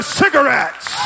cigarettes